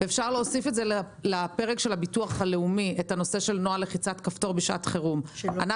אפשר להוסיף את הנוהל של לחיצת כפתור בשעת חירום לפרק של הביטוח הלאומי.